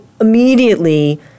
immediately